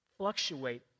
fluctuate